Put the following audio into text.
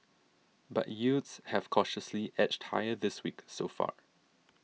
but yields have cautiously edged higher this week so far